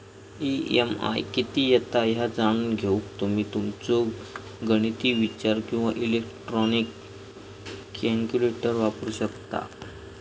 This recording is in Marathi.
ई.एम.आय किती येता ह्या जाणून घेऊक तुम्ही तुमचो गणिती विचार किंवा इलेक्ट्रॉनिक कॅल्क्युलेटर वापरू शकता